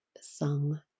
sung